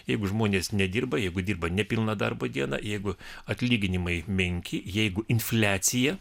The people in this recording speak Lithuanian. jeigu žmonės nedirba jeigu dirba nepilną darbo dieną jeigu atlyginimai menki jeigu infliacija